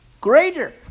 greater